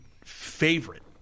favorite